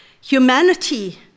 Humanity